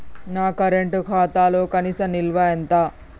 నా కరెంట్ ఖాతాలో కనీస నిల్వ ఎంత?